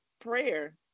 prayer